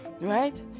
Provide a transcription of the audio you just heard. right